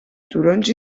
turons